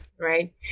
right